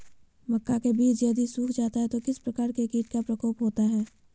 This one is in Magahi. मक्का के बिज यदि सुख जाता है तो किस प्रकार के कीट का प्रकोप होता है?